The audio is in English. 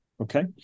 Okay